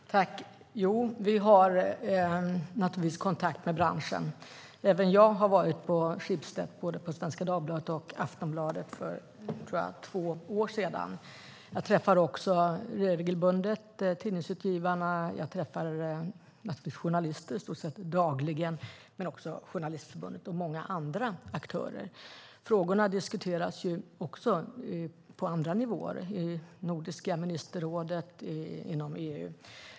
Herr talman! Ja, vi har naturligtvis kontakt med branschen. Även jag har varit på Schibsted, både på Svenska Dagbladet och Aftonbladet, för, tror jag, två år sedan. Jag träffar också regelbundet Tidningsutgivarna, jag träffar journalister i stort sett dagligen och jag träffar Journalistförbundet och många andra aktörer. Frågorna diskuteras också på andra nivåer, exempelvis i Nordiska ministerrådet och inom EU.